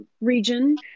region